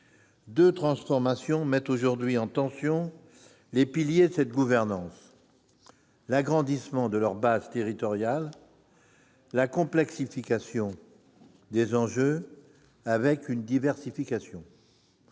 Deux transformations mettent aujourd'hui en tension les piliers de cette gouvernance : l'agrandissement de leur base territoriale et la complexification des enjeux, avec une diversification